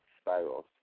spirals